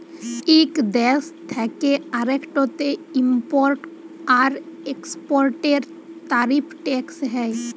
ইক দ্যেশ থ্যাকে আরেকটতে ইমপরট আর একেসপরটের তারিফ টেকস হ্যয়